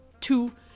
two